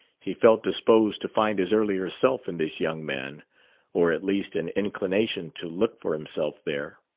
he felt disposed to find his earlier self in this young man or at least an inclination to look for himself there.